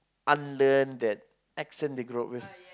unlearn that accent they grow with